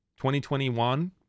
2021